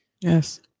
Yes